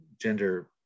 gender